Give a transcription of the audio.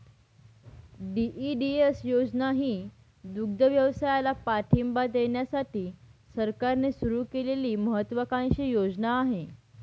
DEDS योजना ही दुग्धव्यवसायाला पाठिंबा देण्यासाठी सरकारने सुरू केलेली महत्त्वाकांक्षी योजना आहे